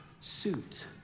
suit